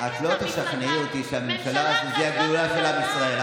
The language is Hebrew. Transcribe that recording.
את לא תשכנעי אותי שהממשלה הזאת זה הגאולה של עם ישראל.